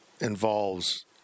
involves